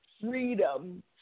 freedom